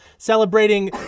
Celebrating